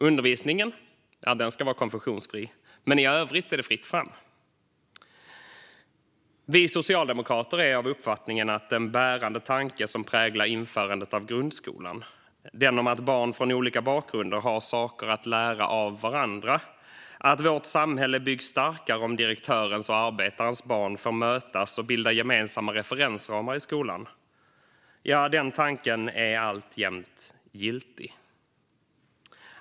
Undervisningen ska vara konfessionsfri, men i övrigt är det fritt fram. Vi socialdemokrater är av uppfattningen att den bärande tanke som präglade införandet av grundskolan, den om att barn från olika bakgrunder har saker att lära av varandra och att vårt samhälle byggs starkare om direktörens och arbetarens barn får mötas och bilda gemensamma referensramar i skolan, är alltjämt giltig.